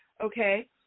okay